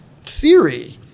theory